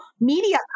media